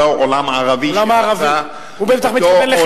אותו עולם הערבי שרצה, הוא בטח מתכוון לחלקו.